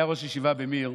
היה ראש ישיבה במיר,